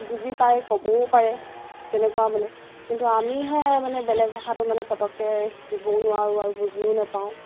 বুজি পায় ক'বও পাৰে তেনেকুৱা মানে কিন্তু আমিহে মানে বেলেগ ভাষাটো মানে পটককৈ শিকিবও নোৱাৰোঁ আৰু বুজিও নেপাওঁ